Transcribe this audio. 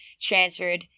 transferred